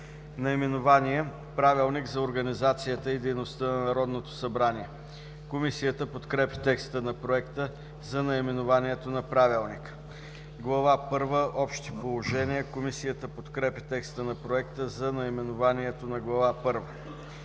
Наименование: „Правилник за организацията и дейността на Народното събрание“. Комисията подкрепя текста на Проекта за наименованието на Правилника. „Глава първа – Общи положения“. Комисията подкрепя текста на проекта за наименованието на Глава